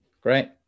Great